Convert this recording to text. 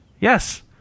yes